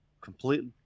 completely